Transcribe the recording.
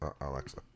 Alexa